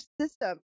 system